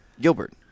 Gilbert